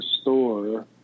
store